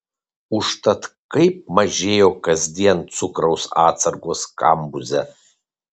užtat kaip mažėjo kasdien cukraus atsargos kambuze